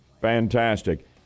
Fantastic